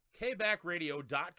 KBackRadio.com